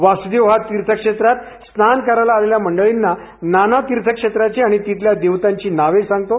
वासुदेव हा तीर्थक्षेत्रांत स्नान करायला आलेल्या मंडळींना नाना तीर्थक्षेत्रांची आणि तिथल्या देवतांची नावे सांगतो